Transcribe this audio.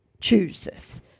chooses